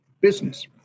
business